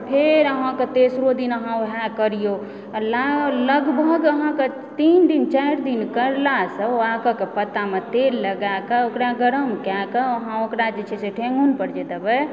फेर अहाँकेँ तेसरो दिन अहाँ ओएह करिऔ लगभग अहाँकेँ तीन दिन चारि दिन करलासंँ ओ आकक पत्तामे तेल लगाके ओकरा गर्म कए कऽ अहाँ ओकरा जे छै से ठेहुन पर जे देबय